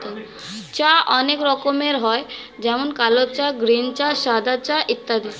চা অনেক রকমের হয় যেমন কালো চা, গ্রীন চা, সাদা চা ইত্যাদি